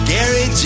Gary